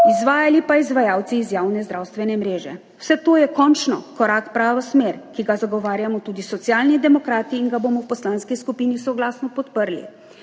izvajali pa izvajalci iz javne zdravstvene mreže. Vse to je končno korak v pravo smer, ki ga zagovarjamo tudi Socialni demokrati in ga bomo v poslanski skupini soglasno podprli.